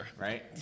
right